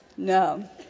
No